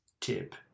tip